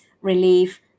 relief